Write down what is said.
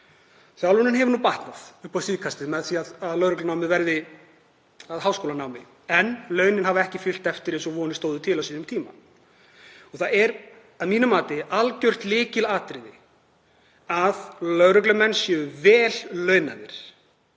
Þjálfunin hefur batnað upp á síðkastið með því að lögreglunámið varð að háskólanámi en launin hafa ekki fylgt eftir eins og vonir stóðu til á sínum tíma. Það er að mínu mati algjört lykilatriði að lögreglumenn séu vel launaðir.